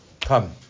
Come